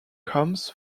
comes